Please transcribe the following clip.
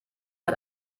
hat